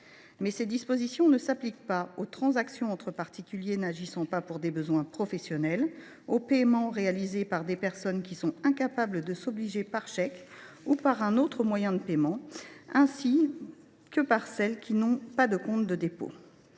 ces dispositions ne s’appliquent pas aux transactions entre particuliers n’agissant pas pour des besoins professionnels, aux paiements réalisés par des personnes incapables de s’obliger par chèque ou par un autre moyen de paiement, ainsi que par celles qui n’ont pas de compte de dépôt.